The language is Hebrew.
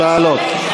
לעלות?